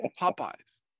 Popeye's